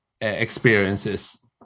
experiences